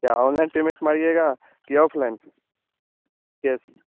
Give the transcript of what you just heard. क्या online payment मारिएगा कि ऑफलाइन से कैश